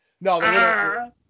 No